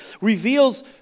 reveals